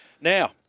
Now